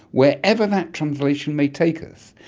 wherever that translation may takers.